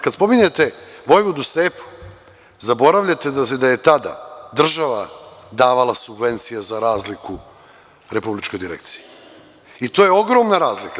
Kada spominjete „Vojvodu Stepu“ zaboravljate da je tada država davala subvencije za razliku Republičkoj direkciji i to je ogromna razlika.